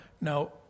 Now